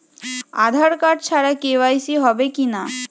আধার card ছাড়া কে.ওয়াই.সি হবে কিনা?